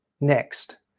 next